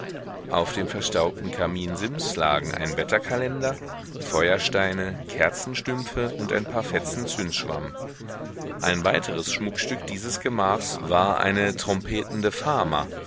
auf dem verstaubten kaminsims lagen ein wetterkalender feuersteine kerzenstümpfe und ein paar fetzen zündschwamm ein weiteres schmuckstück dieses gemachs war eine trompetende fama